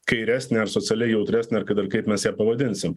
kairesnė ar socialiai jautresnė ar kad ir kaip mes ją pavadinsim